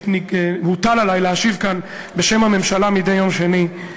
שהוטל עלי להשיב כאן בשם הממשלה מדי יום שני.